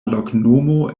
loknomo